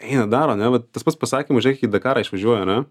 eina daro ane vat tas pats pasakymas žinai kai į dakarą išvažiuoja ane